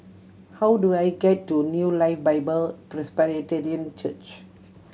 how do I get to New Life Bible Presbyterian Church